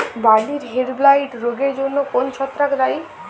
বার্লির হেডব্লাইট রোগের জন্য কোন ছত্রাক দায়ী?